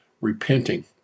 repenting